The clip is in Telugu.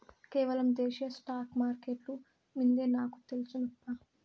కేవలం దేశీయ స్టాక్స్ మార్కెట్లు మిందే నాకు తెల్సు నప్పా